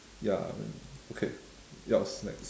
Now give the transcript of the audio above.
ya I mean okay yours next